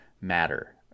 matter